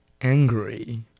angry